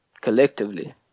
collectively